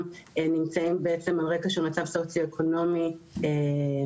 נמצאים בעצם על רקע של מצב סוציו-אקונומי שמביא